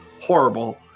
horrible